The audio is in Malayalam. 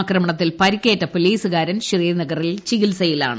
ആക്രണമത്തിൽ പരിക്കേറ്റ പോലീസുകാരൻ ശ്രീനഗറിൽ ചികിത്സയിലാണ്